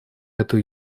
эту